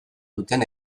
duten